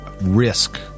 risk